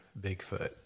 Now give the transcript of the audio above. Bigfoot